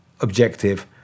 objective